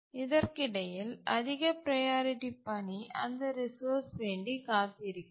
இதற்கிடையில் அதிக ப்ரையாரிட்டி பணி அந்த ரிசோர்ஸ் வேண்டி காத்திருக்கிறது